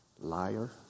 Liar